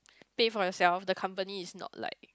pay for yourself the company is not like